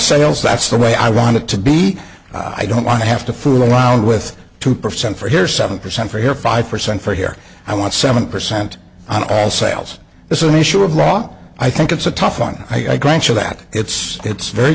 sales that's the way i want it to be i don't want to have to fool around with two percent for here seven percent for here five percent for here i want seven percent on all sales this is an issue of law i think it's a tough one i grant you that it's it's very